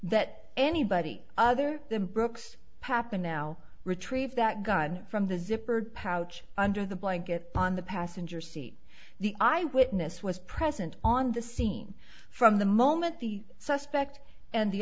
that anybody other than brooks pappa now retrieve that gun from the zippered pouch under the blanket on the passenger seat the eyewitness was present on the scene from the moment the suspect and the